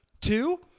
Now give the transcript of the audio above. Two